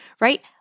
right